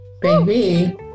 baby